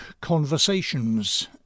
conversations